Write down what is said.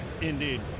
indeed